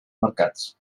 mercats